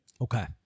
Okay